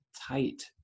tight